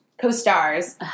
co-stars